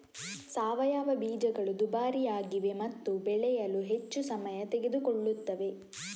ಸಾವಯವ ಬೀಜಗಳು ದುಬಾರಿಯಾಗಿವೆ ಮತ್ತು ಬೆಳೆಯಲು ಹೆಚ್ಚು ಸಮಯ ತೆಗೆದುಕೊಳ್ಳುತ್ತವೆ